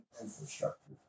infrastructure